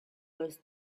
was